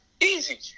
Easy